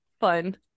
fun